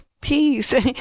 peace